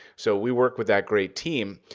so we work with that great team,